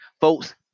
Folks